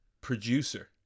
producer